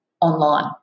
online